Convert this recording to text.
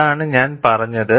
അതാണ് ഞാൻ പറഞ്ഞത്